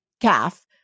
calf